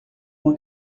uma